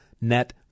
net